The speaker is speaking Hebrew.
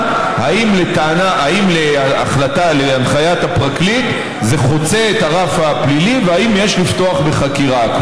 אם להנחיית הפרקליט זה חוצה את הרף הפלילי ואם יש לפתוח בחקירה.